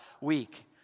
week